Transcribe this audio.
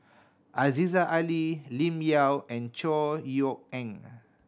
Aziza Ali Lim Yau and Chor Yeok Eng